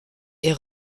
est